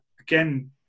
again